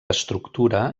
estructura